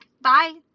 Bye